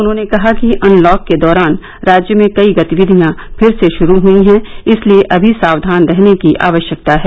उन्होंने कहा कि अनलॉक के दौरान राज्य में कई गतिविधियां फिर से शुरू हुई हैं इसलिए अभी सावधान रहने की आवश्यकता है